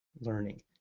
learning